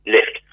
Lift